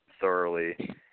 thoroughly